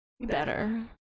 better